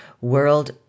world